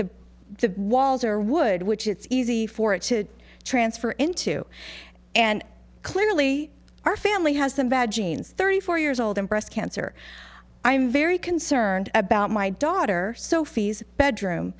the walls are wood which it's easy for it to transfer into and clearly our family has the bad genes thirty four years old and breast cancer i am very concerned about my daughter sophie's bedroom